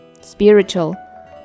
Spiritual